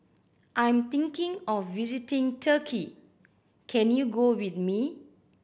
I am thinking of visiting Turkey can you go with me